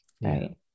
right